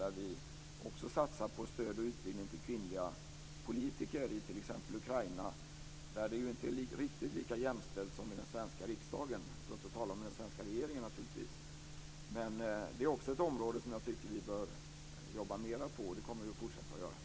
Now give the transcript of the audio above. Vi satsar också på stöd och utbildning till kvinnliga politiker i t.ex. Ukraina, där det ju inte är riktigt lika jämställt som i den svenska riksdagen - för att inte tala om den svenska regeringen. Det är också ett område som jag tycker att vi bör jobba mera på, och det kommer vi att fortsätta att göra.